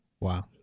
Wow